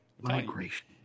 migration